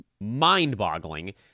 mind-boggling